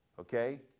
Okay